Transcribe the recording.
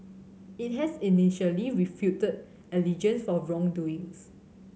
it had initially refuted allegations for wrongdoings